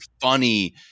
funny